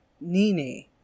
nene